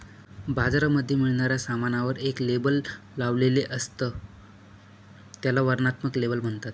बाजारामध्ये मिळणाऱ्या सामानावर एक लेबल लावलेले असत, त्याला वर्णनात्मक लेबल म्हणतात